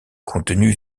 contenus